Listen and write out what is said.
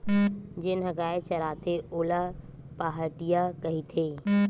जेन ह गाय चराथे ओला पहाटिया कहिथे